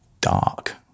dark